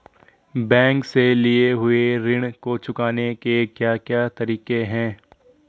Bank से लिए हुए ऋण को चुकाने के क्या क्या तरीके हैं?